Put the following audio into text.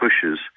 pushes